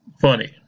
funny